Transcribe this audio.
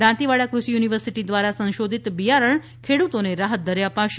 દાંતીવાડા ક્રષિ યુનિવર્સિટી દ્રારા સંશોધીત બિયારણ ખેડૂતોને રાહતદરે અપાશે